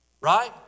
Right